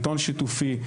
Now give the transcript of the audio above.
עיתון שיתופי,